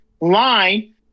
line